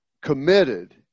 committed –